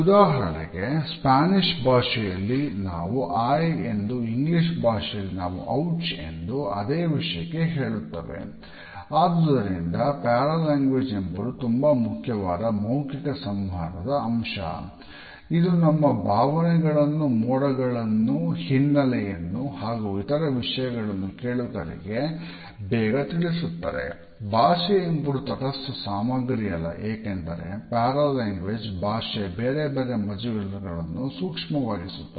ಉದಾಹರಣೆಗೆ ಸ್ಪ್ಯಾನಿಷ್ ಭಾಷೆಯ ಬೇರೆ ಬೇರೆ ಮಜಲುಗಳನ್ನು ಸೂಕ್ಷವನ್ನಾಗಿಸುತ್ತದೆ